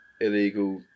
illegal